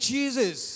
Jesus